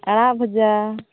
ᱟᱲᱟᱜ ᱵᱷᱟᱡᱟ